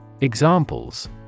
Examples